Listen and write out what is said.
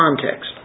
context